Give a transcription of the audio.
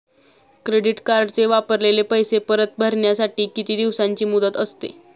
Credit कार्डचे वापरलेले पैसे परत भरण्यासाठी किती दिवसांची मुदत असते?